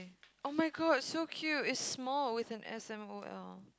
[oh]-my-god so cute its small with a S M O L